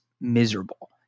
miserable